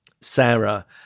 Sarah